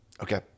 okay